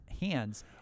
hands